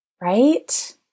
right